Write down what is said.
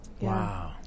Wow